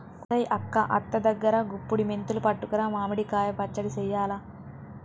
ఒసెయ్ అక్క అత్త దగ్గరా గుప్పుడి మెంతులు పట్టుకురా మామిడి కాయ పచ్చడి సెయ్యాల